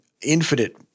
infinite